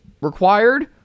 required